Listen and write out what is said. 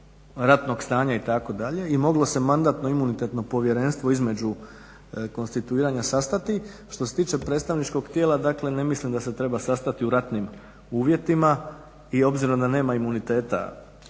ratnog stanja itd., i moglo se Mandatno-imunitetno povjerenstvo između konstituiranja sastati. Što se tiče predstavničkog tijela dakle ne mislim da se treba sastati u ratnim uvjetima i obzirom da nema imuniteta